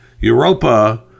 Europa